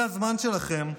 זה הזמן שלכם,